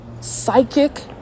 psychic